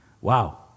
wow